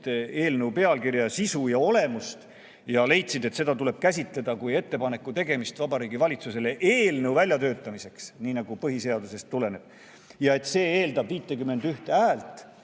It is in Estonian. eelnõu pealkirja, sisu ja olemust, ja leidsid, et seda tuleb käsitleda kui ettepaneku tegemist Vabariigi Valitsusele eelnõu väljatöötamiseks, nii nagu põhiseadusest tuleneb, ja et see eeldab 51 häält